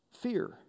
Fear